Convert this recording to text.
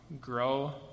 grow